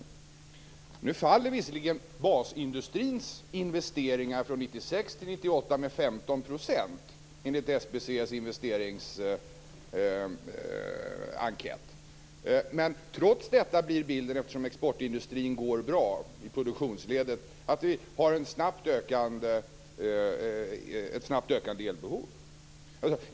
Nu faller, enligt SCB:s investeringsenkät, visserligen basindustrins investeringar 1996-1998 med 15 %. Men trots detta blir bilden - eftersom exportindustrin går bra i produktionsledet - att vi har ett snabbt ökande elbehov.